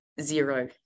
zero